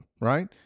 right